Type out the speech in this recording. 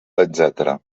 etc